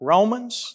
Romans